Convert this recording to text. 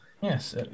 Yes